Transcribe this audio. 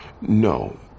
No